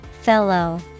Fellow